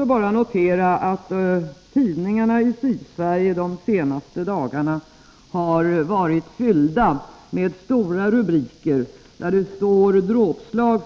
Jag kan också notera att tidningarna i Sydsverige de senaste dagarna har varit fyllda med stora rubriker: ”Dråpslag